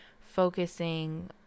focusing